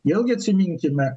vėlgi atsiminkime